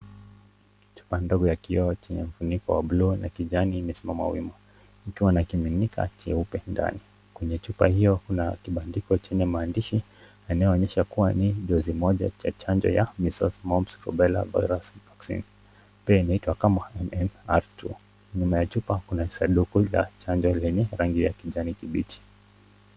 Chupa ndogo ya kioo chenye funiko ya buluu na kijani imesimama wima ikiwa na kimiminika cheupe ndani. Kwenye chupa hiyo kuna kibandiko chenye maandishi yanayoonyesha kuwa ni dozi moja ya chanjo ya measles, mumps, rubella virus vaccine . Pia inaitwa kama MMR I I . Nyuma ya chupa kuna sanduku la chanjo lenye rangi ya kijani kibichi.